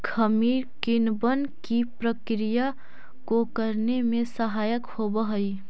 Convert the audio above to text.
खमीर किणवन की प्रक्रिया को करने में सहायक होवअ हई